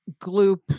gloop